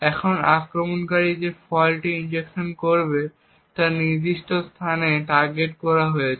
এখন আক্রমণকারী যে ফল্টটি ইনজেকশন করবে তা এই নির্দিষ্ট স্থানে টার্গেট করা হয়েছে